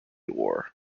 war